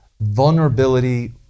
vulnerability